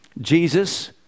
Jesus